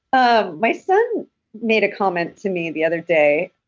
ah my son made a comment to me the other day,